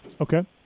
Okay